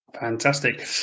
fantastic